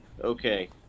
Okay